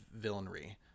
villainry